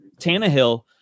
Tannehill